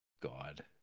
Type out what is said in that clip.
God